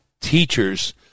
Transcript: teachers